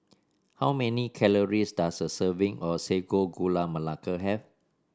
how many calories does a serving of Sago Gula Melaka have